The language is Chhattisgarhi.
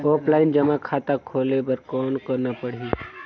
ऑफलाइन जमा खाता खोले बर कौन करना पड़ही?